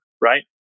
right